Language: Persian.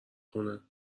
خونه